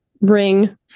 ring